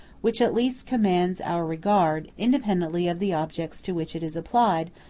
which at least commands our regard, independently of the objects to which it is applied,